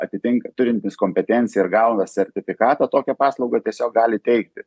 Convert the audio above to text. atitink turintis kompetenciją ir gauna sertifikatą tokią paslaugą tiesiog gali teikti